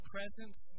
Presence